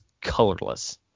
colorless